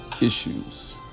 issues